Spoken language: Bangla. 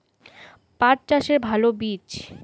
পাঠ চাষের ভালো বীজ?